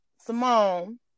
Simone